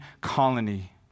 colony